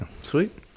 Sweet